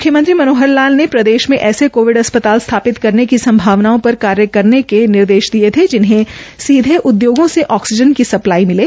मुख्यमंत्री श्री मनोहर लाल ने प्रदेश में ऐसे कोविड अस्पताल स्थापित करने की संभावनाओं पर कार्य करने के निर्देश दिए थे जिन्हें सीधे उद्योगों से ऑक्सीजन की सप्लाई मिले